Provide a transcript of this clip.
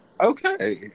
okay